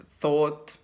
thought